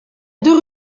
deux